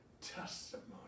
testimony